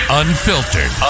unfiltered